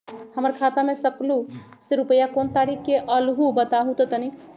हमर खाता में सकलू से रूपया कोन तारीक के अलऊह बताहु त तनिक?